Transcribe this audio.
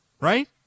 Right